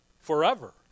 Forever